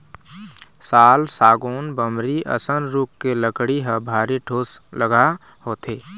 साल, सागौन, बमरी असन रूख के लकड़ी ह भारी ठोसलगहा होथे